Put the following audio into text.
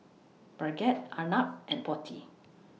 Bhagat Arnab and Potti